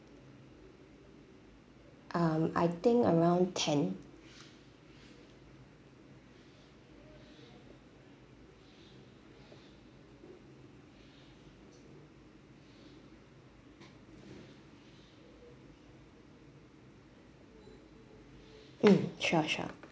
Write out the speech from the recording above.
um I think around ten mm sure sure